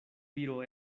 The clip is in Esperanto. viro